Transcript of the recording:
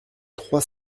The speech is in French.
trois